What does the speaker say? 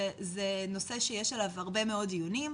זה נושא שיש עליו הרבה מאוד דיונים,